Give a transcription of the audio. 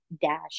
dash